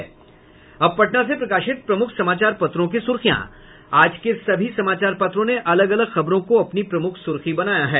अब पटना से प्रकाशित प्रमुख समाचार पत्रों की सुर्खियां आज के सभी समाचार पत्रों ने अलग अलग खबरों को अपनी प्रमुख सुर्खी बनायी है